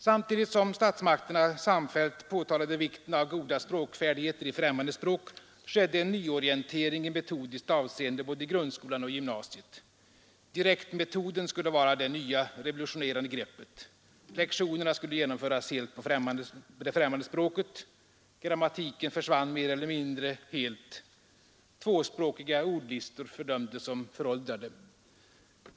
Samtidigt som statsmakterna samfällt påtalade vikten av goda språkfärdigheter i främmande språk skedde en nyorientering i metodiskt avseende både i grundskolan och i gymnasiet. Direktmetoden skulle vara det nya revolutionerande greppet. Lektionerna skulle genomföras helt på det främmande språket. Grammatiken försvann mer eller mindre helt. Tvåspråkiga ordlistor fördömdes som föråldrade.